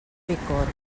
bicorb